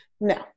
no